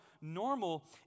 normal